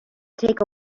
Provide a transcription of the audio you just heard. take